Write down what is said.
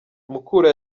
mukura